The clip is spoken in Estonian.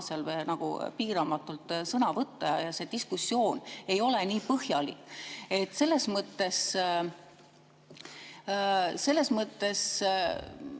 seal piiramatult sõna võtta ja see diskussioon ei ole nii põhjalik. Selles mõttes äkki te